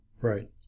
right